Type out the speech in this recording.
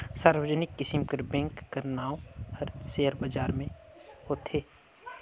सार्वजनिक किसिम कर बेंक कर नांव हर सेयर बजार में होथे